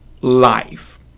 life